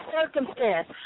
circumstance